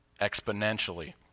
exponentially